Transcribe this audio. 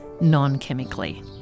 non-chemically